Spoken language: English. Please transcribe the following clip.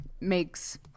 makes